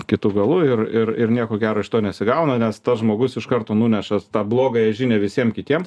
kitu galu ir ir ir nieko gero iš to nesigauna nes tas žmogus iš karto nuneša tą blogąją žinią visiem kitiem